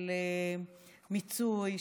של מיצוי,